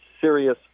serious